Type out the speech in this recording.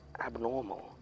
abnormal